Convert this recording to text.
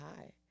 hi